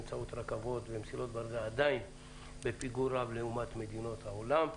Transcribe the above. באמצעות רכבות ומסילות אבל זה עדין בפיגור רב לעומת מדינות העולם.